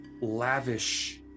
lavish